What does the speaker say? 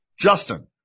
Justin